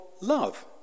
love